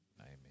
amen